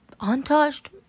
Untouched